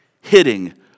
hitting